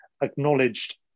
acknowledged